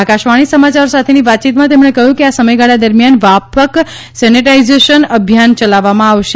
આકાશવાણી સમાચાર સાથેની વાતચીતમાં તેમણે ક્હ્યું કે આ સમયગાળા દરમ્યાન વ્યાપક સેનેટાઇઝેશન અભિયાન ચલાવવામાં આવશે